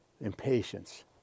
Impatience